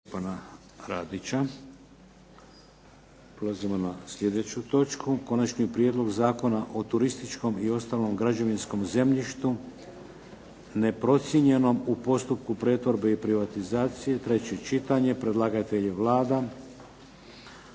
Stjepana Radića. Prelazimo na sljedeću točku –- Konačni prijedlog Zakona o turističkom i ostalom građevinskom zemljištu neprocijenjenom u postupku pretvorbe i privatizacije – treće čitanje, P.Z. br. 423 Predlagatelj je Vlada.